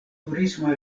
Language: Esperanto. turisma